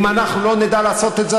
אם אנחנו לא נדע לעשות את זה,